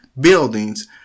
buildings